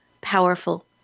powerful